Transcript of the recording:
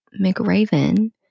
McRaven